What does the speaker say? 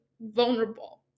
vulnerable